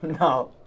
No